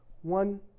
One